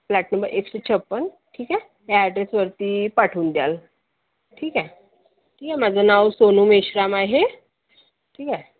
flat number एकशे छप्पन ठीक आहे या ॲड्रेसवरती पाठवून द्याल ठीक आहे ठीक आहे माझं नाव सोनू मेश्राम आहे ठीक आहे